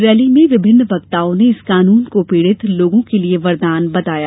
rally में विभिन्न वक्ताओं ने इस कानून को पीड़ित लोगों के लिए वरदान बताया